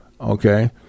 Okay